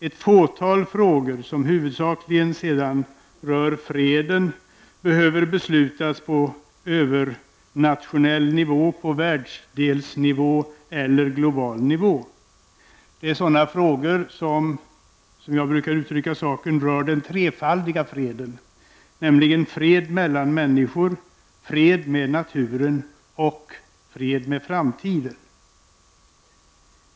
Ett fåtal frågor, som huvudsakligen rör freden, behöver beslutas på övernationell nivå, på världsdelsnivå eller global nivå. Det är, som jag brukar uttrycka saken, sådana frågor som rör den trefaldiga freden, nämligen fred mellan människor, fred med naturen och fred med framtiden.